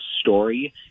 story